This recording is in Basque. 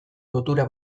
lotura